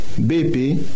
BP